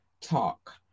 talk